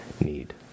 need